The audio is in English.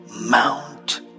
Mount